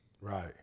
Right